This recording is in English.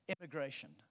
immigration